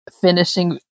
finishing